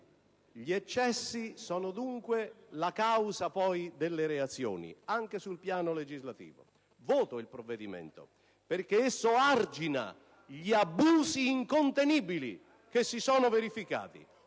Gli eccessi sono dunque la causa delle reazioni, anche sul piano legislativo. Voto il provvedimento perché esso argina gli abusi incontenibili che si sono verificati,